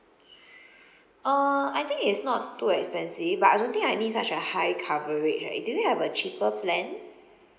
uh I think it's not too expensive but I don't think I need such a high coverage eh do you have a cheaper plan